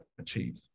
achieve